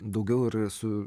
daugiau ir su